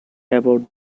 about